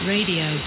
Radio